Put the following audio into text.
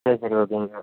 சரி சரி ஓகேங்க